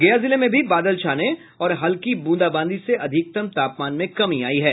गया जिले में भी बादल छाने और हल्की बूंदाबांदी से अधिकतम तापमान में कमी आयी है